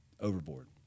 overboard